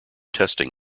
testing